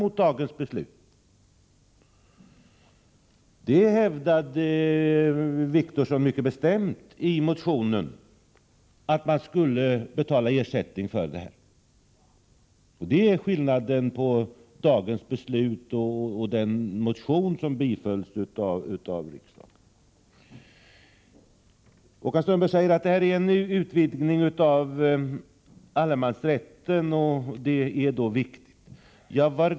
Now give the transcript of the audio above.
Åke Wictorsson hävdade mycket bestämt i sin motion att man skulle betala ersättning för att fisket släpptes fritt. Det är skillnaden mellan dagens förslag och den motion som tidigare har bifallits av riksdagen. Håkan Strömberg säger att frisläppandet av fisket innebär en utvidgning av allemansrätten och därför är viktigt.